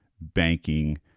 banking